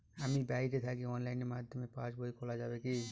আমি বাইরে থাকি অনলাইনের মাধ্যমে পাস বই খোলা যাবে কি?